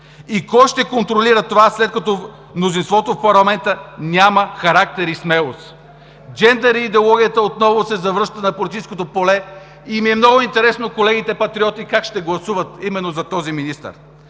И кой ще контролира това, след като мнозинството в парламента няма характер и смелост?! Джендър идеологията отново се завръща на политическото поле и ми е много интересно колегите Патриоти как ще гласуват именно за този министър?!